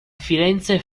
firenze